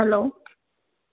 hello